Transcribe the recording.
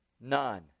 None